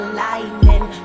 lightning